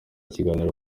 ibiganiro